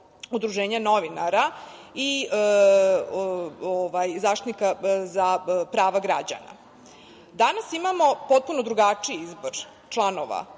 Udruženja novinara i Zaštitnika prava građana. Danas imamo potpuno drugačiji izbor članova